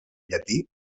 llatí